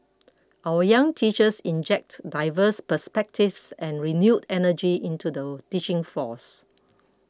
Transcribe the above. our young teachers inject diverse perspectives and renewed energy into the teaching force